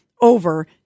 over